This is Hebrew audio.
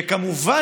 וכמובן,